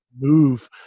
move